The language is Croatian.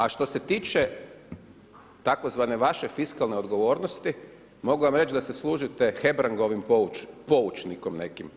A što se tiče tzv. vaše fiskalne odgovornosti, mogu vam reći da se služite Hebrangovim poučnikom nekim.